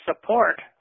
support